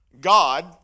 God